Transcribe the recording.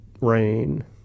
rain